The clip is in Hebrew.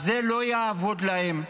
זה לא יעבוד להם,